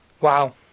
Wow